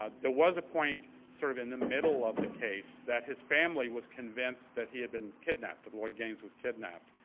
ah was a point, sort of in the middle of the case that his family was convinced that he had been kidnapped, that lloyd gaines was kidnapped,